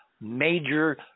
major